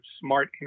smart